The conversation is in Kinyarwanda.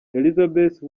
elizabeth